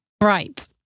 Right